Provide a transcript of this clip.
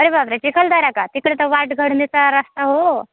अरे बापरे चिखलदरा का तिकडे तर रस्ता हो